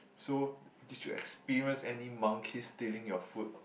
so did you experience any monkeys stealing your food